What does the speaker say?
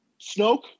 Snoke